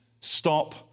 stop